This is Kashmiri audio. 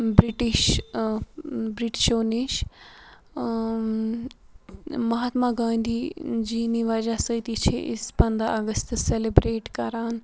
بِرٛٹِش بِرٛٹشو نِش مہاتما گاندھی جی نہِ وجہ سۭتی چھِ أسۍ پنٛداہ اگستہٕ سٮ۪لِبرٛیٹ کَران